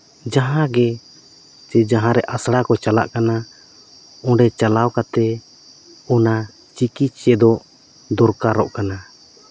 ᱡᱟᱦᱟᱸ ᱜᱮ ᱪᱮ ᱡᱟᱦᱟᱸ ᱨᱮ ᱟᱥᱲᱟ ᱠᱚ ᱪᱟᱞᱟᱜ ᱠᱟᱱᱟ ᱚᱸᱰᱮ ᱪᱟᱞᱟᱣ ᱠᱟᱛᱮᱫ ᱚᱱᱟ ᱪᱤᱠᱤ ᱪᱮᱫᱚᱜ ᱫᱚᱨᱠᱟᱨᱚᱜ ᱠᱟᱱᱟ